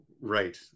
Right